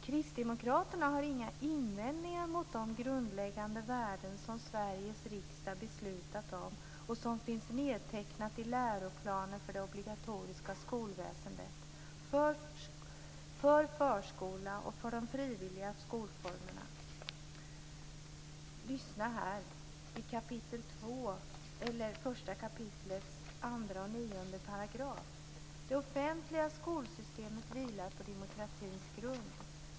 Kristdemokraterna har inga invändningar mot de grundläggande värden som Sveriges riksdag beslutat om och som finns nedtecknade i läroplanen för det obligatoriska skolväsendet, för förskolan och för de frivilliga skolformerna. Lyssna här på 1 kap 2 och 9 §§: "Det offentliga skolsystemet vilar på demokratins grund.